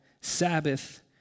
Sabbath